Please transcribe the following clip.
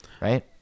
right